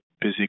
busy